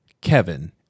kevin